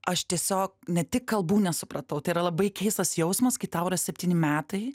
aš tiesiog ne tik kalbų nesupratau tai yra labai keistas jausmas kai tau yra septyni metai